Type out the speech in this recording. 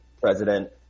president